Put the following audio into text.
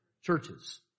Churches